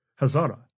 Hazara